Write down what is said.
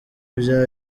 ibya